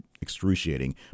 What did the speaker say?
excruciating